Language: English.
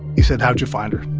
he said, how did you find her?